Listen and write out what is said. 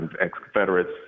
ex-Confederates